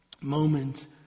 moment